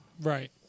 Right